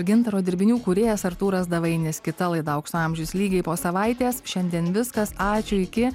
gintaro dirbinių kūrėjas artūras davainis kita laida aukso amžius lygiai po savaitės šiandien viskas ačiū iki